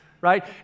right